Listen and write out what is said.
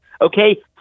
Okay